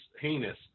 heinous